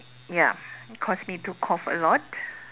ya cause me to cough a lot